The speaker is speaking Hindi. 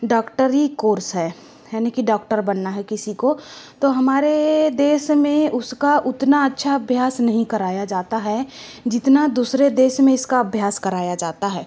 डॉक्टरी कोर्स है है न की डाक्टर बनाना है किसी को हमारे देश में उसका उतना अच्छा अभ्यास नहीं कराया जाता है जितना दूसरे देश में इसका अभ्यास कराया जाता है